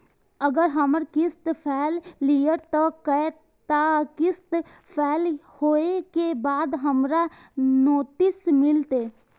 अगर हमर किस्त फैल भेलय त कै टा किस्त फैल होय के बाद हमरा नोटिस मिलते?